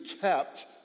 kept